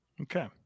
Okay